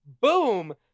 boom